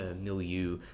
milieu